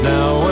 Now